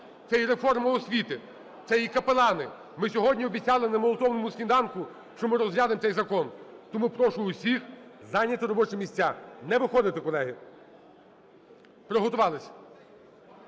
це і реформа освіти, це і капелани. Ми сьогодні обіцяли на Молитовному сніданку, що ми розглянемо цей закон. Тому прошу всіх зайняти робочі місця. Не виходити, колеги. Приготувалися!